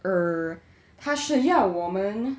err 它是要我们